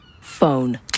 Phone